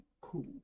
cool